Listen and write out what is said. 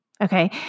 Okay